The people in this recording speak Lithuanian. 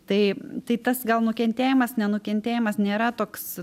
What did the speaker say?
tai tai tas gal nukentėjimas nenukentėjimas nėra toks